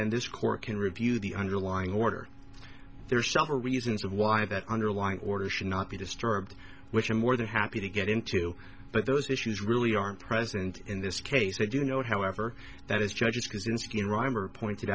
then this court can review the underlying order there's several reasons of why that underlying order should not be disturbed which are more than happy to get into those issues really aren't present in this case i do know however that is